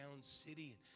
city